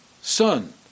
son